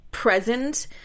Present